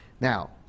Now